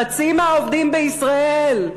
חצי מהעובדים בישראל,